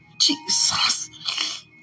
Jesus